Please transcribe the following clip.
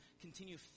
Continue